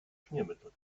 schmiermittel